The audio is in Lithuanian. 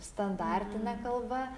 standartine kalba